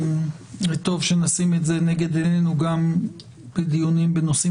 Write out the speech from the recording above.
וטוב שנשים את זה נגד עינינו גם בדיונים בנושאים